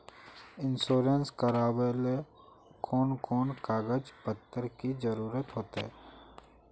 Insurance करावेल कोन कोन कागज पत्र की जरूरत होते?